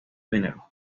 dinero